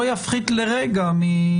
זה לא יפחית מחובתנו,